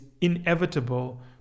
inevitable